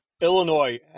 Illinois